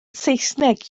saesneg